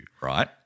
right